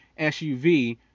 SUV